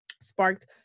sparked